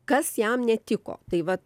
kas jam netiko tai vat